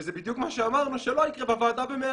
וזה בדיוק מה שאמרנו שלא יקרה בוועדה במרץ.